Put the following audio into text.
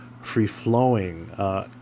free-flowing